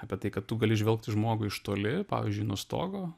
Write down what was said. apie tai kad tu gali žvelgt į žmogų iš toli pavyzdžiui nuo stogo